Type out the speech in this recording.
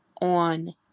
on